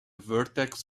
vertex